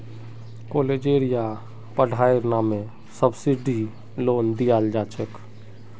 कालेजेर या पढ़ाईर नामे सब्सिडाइज्ड लोन दियाल जा छेक